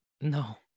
no